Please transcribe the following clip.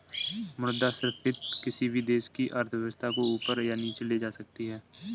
मुद्रा संस्फिति किसी भी देश की अर्थव्यवस्था को ऊपर या नीचे ले जा सकती है